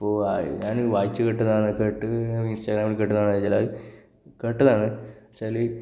പോകുകയായി ഞാനിത് വായിച്ച് വിട്ടതാണ് കേട്ട് ഇന്സ്റ്റാഗ്രാമില് കേട്ടതാണ് വെച്ചാൽ കേട്ടതാണ് പക്ഷെ അതിൽ